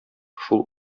шул